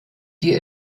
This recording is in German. die